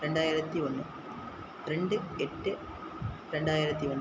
ரெண்டாயிரத்தி ஒன்று ரெண்டு எட்டு ரெண்டாயிரத்தி ஒன்று